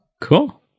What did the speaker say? Cool